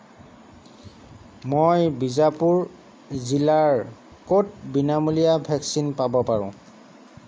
মই বিজাপুৰ জিলাৰ ক'ত বিনামূলীয়া ভেকচিন পাব পাৰোঁ